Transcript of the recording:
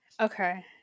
Okay